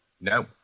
No